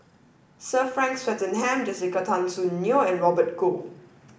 sir Frank Swettenham Jessica Tan Soon Neo and Robert Goh